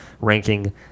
ranking